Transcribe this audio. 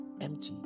empty